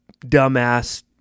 dumbass